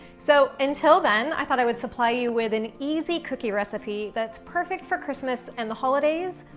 so, until then, i thought i would supply you with an easy cookie recipe that's perfect for christmas and the holidays,